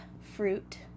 fruit